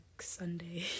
sunday